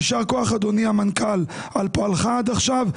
יישר כוח, אדוני המנכ"ל, על פועלך עד עכשיו.